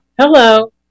Hello